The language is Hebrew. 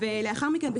לאחר מכן,